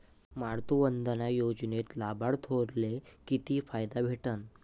मातृवंदना योजनेत लाभार्थ्याले किती फायदा भेटन?